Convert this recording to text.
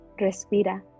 Respira